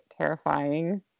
terrifying